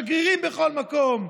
שגרירים בכל מקום,